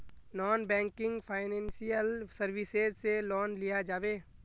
Non banking financial services से loan लिया जाबे?